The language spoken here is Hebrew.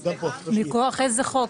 מכוח איזה חוק?